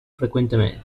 frequentemente